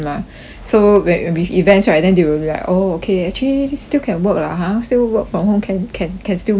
so when when with events right then they will be like oh okay actually this still can work lah ha still work from home can can can still make it ah